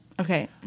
Okay